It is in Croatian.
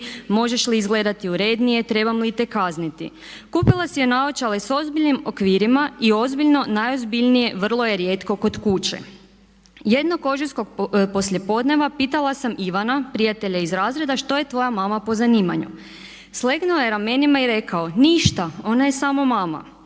Možeš li izgledati? Trebam li te kazniti? Kupila si je naočale s ozbiljnim okvirima i ozbiljno, najozbiljnije vrlo je rijetko kod kuće. Jednog ožujskog poslijepodneva pitala sam Ivana, prijatelja iz razreda, što je tvoja mama po zanimanju. Slegnuo je ramenima i rekao ništa, ona je samo mama.